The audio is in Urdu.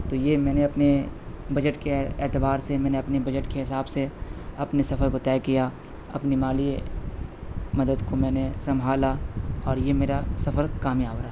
تو یہ میں نے اپنے بجٹ کے اعتبار سے میں نے اپنے بجٹ کے حساب سے اپنے سفر کو طے کیا اپنی مالی مدد کو میں نے سنبھالا اور یہ میرا سفر کامیاب رہا